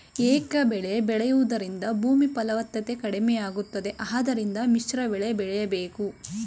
ಏಕಬೆಳೆ ಬೆಳೆಯೂದರಿಂದ ಭೂಮಿ ಫಲವತ್ತತೆ ಕಡಿಮೆಯಾಗುತ್ತದೆ ಆದ್ದರಿಂದ ಮಿಶ್ರಬೆಳೆ ಬೆಳೆಯಬೇಕು